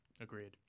Agreed